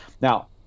Now